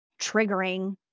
triggering